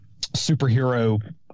superhero